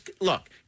look